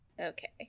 Okay